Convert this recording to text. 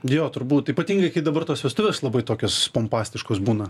jo turbūt ypatingai kai dabar tos vestuvės labai tokios pompastiškos būna taip